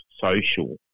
social